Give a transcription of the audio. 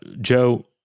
Joe